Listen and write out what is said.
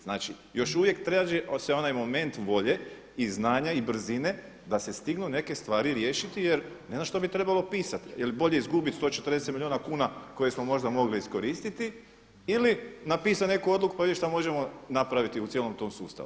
Znači još uvijek se traži onaj moment volje i znanja i brzine da se stignu neke stvari riješiti jer ne znam što bi trebalo pisati jel bolje izgubiti 140 milijuna kuna koje smo možda mogli iskoristiti ili napisati neku odluku pa vidjeti šta možemo napraviti u cijelom tom sustavu.